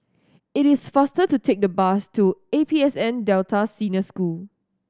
it is faster to take the bus to A P S N Delta Senior School